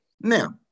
Now